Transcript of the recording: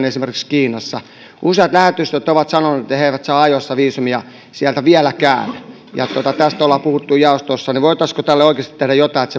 esimerkiksi kiinassa useat lähetystöt ovat sanoneet että he eivät saa sieltä ajoissa viisumia vieläkään ja tästä on puhuttu jaostossa voitaisiinko tälle oikeasti tehdä jotain että